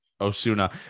Osuna